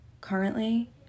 currently